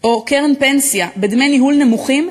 או קרן פנסיה בדמי ניהול נמוכים,